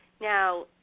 Now